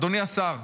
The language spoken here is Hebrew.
'אדוני השר,